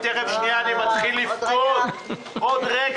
כרגע